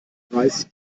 greis